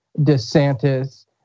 DeSantis